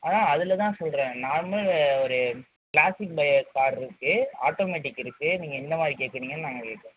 அதில் தான் சொல்கிறேன் நார்மல் ஒரு கிளாசிக் பயோ கார் இருக்குது ஆட்டோமெட்டிக் இருக்குது நீங்கள் எந்த மாதிரி கேட்குறிங்கனு நாங்கள் கேட்குறோம்